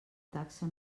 taxa